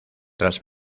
tras